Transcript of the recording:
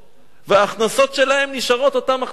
וההכנסות שלהם נשארות אותן הכנסות,